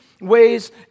ways